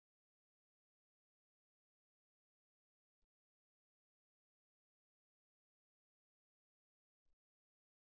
45 ను గుర్తించండి కాని ఇప్పుడు మనకు ఓపెన్ సర్క్యూట్ చేసిన స్టబ్ ఉంది ఓపెన్ సర్క్యూట్ స్టబ్ పాయింట్ ఎక్కడ ఉంది ఇది ఓపెన్ సర్క్యూట్ పాయింట్ గా పరిగణించండి సరే